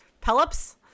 Pelops